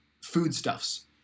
foodstuffs